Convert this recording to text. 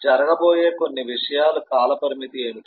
జరగబోయే కొన్ని విషయాల కాలపరిమితి ఏమిటి